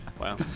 wow